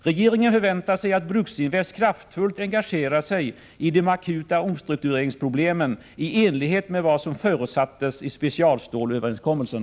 Regeringen förväntar sig att Bruksinvest kraftfullt engagerar sig i de akuta omstruktureringsproblemen i enlighet med vad som förutsattes i specialstålsöverenskommelsen.